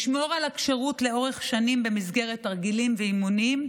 לשמור על הכשירות לאורך שנים במסגרת תרגילים ואימונים,